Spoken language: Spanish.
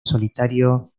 solitario